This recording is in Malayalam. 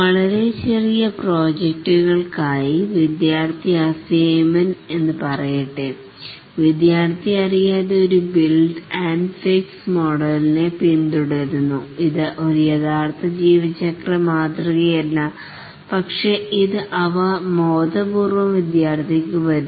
വളരെ ചെറിയ പ്രോജക്റ്റുകൾകായി വിദ്യാർത്ഥി അസൈമെൻറ് എന്ന് പറയട്ടെ വിദ്യാർത്ഥി അറിയാതെ ഒരു ബിൽഡ് ആൻഡ് ഫിക്സ് മോഡലിനെ പിന്തുടരുന്നു ഇത് ഒരു യഥാർഥമായ ജീവിതചക്ര മാതൃകയല്ല പക്ഷേ ഇത് ബോധപൂർവ്വം വിദ്യാർഥിക്ക് വരുന്നു